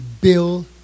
Bill